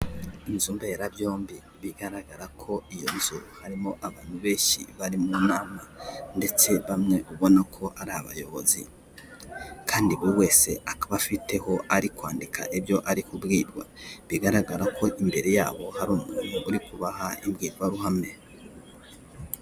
Inzu mbera byombi bigaragara ko iyo nzu harimo abantu benshi bari mu nama ndetse bamwe ubona ko ari abayobozi, kandi buri wese akaba afite aho ari kwandika ibyo ari kubwirwa, bigaragara ko imbere yabo hari umuntu uri kubaha imbwirwaruhame.